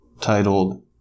titled